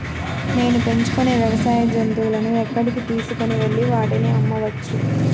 నేను పెంచుకొనే వ్యవసాయ జంతువులను ఎక్కడికి తీసుకొనివెళ్ళి వాటిని అమ్మవచ్చు?